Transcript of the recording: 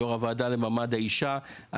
יו"ר הוועדה למעמד האישה.